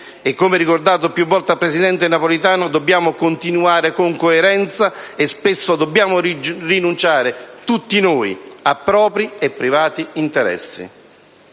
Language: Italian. come ricordato più volte dal presidente Napolitano dobbiamo portarlo avanti con coerenza e spesso dobbiamo rinunciare, tutti noi, a propri e privati interessi.